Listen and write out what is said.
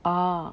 orh